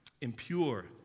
Impure